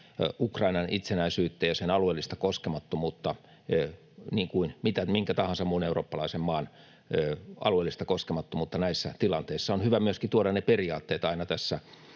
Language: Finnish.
Ukrainan itsenäisyyttä ja sen alueellista koskemattomuutta niin kuin minkä tahansa muun eurooppalaisen maan alueellista koskemattomuutta näissä tilanteissa. On hyvä myöskin tuoda ne periaatteet aina tässä